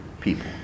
people